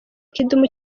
kidum